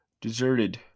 deserted